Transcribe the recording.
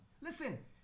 Listen